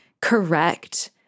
correct